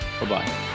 Bye-bye